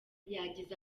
yagize